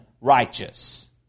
righteous